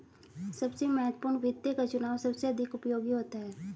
सबसे महत्वपूर्ण वित्त का चुनाव सबसे अधिक उपयोगी होता है